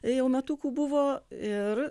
jau metukų buvo ir